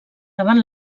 davant